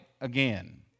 again